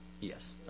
Yes